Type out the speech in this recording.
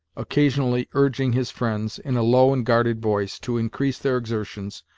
occasionally urging his friends, in a low and guarded voice, to increase their exertions,